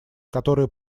которые